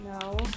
No